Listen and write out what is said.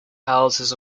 houses